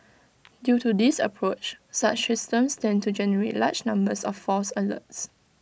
due to this approach such systems tend to generate large numbers of false alerts